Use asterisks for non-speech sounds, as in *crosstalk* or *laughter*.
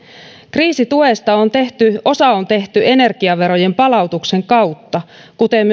kriisituesta osa on tehty energiaverojen palautuksen kautta kuten *unintelligible*